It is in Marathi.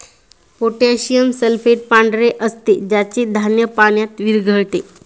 पोटॅशियम सल्फेट पांढरे असते ज्याचे धान्य पाण्यात विरघळते